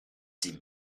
sie